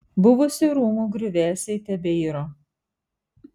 buvusių rūmų griuvėsiai tebeiro